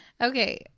Okay